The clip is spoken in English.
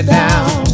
down